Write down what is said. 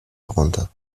herunter